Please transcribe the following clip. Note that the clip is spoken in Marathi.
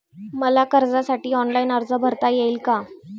मला कर्जासाठी ऑनलाइन अर्ज भरता येईल का?